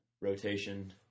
rotation